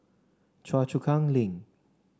Choa Chu Kang Link